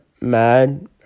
mad